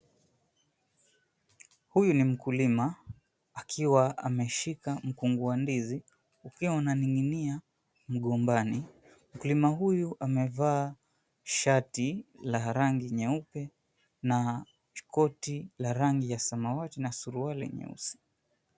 Huyu ni mkulima akiwa ameshika mkungu wa ndizi ukiwa unaning'inia mgombani. Mkulima huyu amevaa la rangi nyeupe na koti la rangi ya samawati na suruali nyeusi.